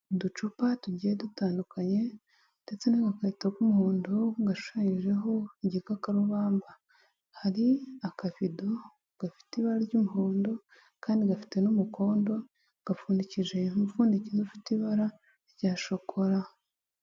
Uducupa tugiye dutandukanye, ndetse n'agakarito k'umuhondo, gashushanyijeho igikakarubamba. Hari akavido gafite ibara ry'umuhondo, kandi gafite n'umukondo, gafundikije umufundikizo ufite ibara rya shokora.